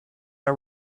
are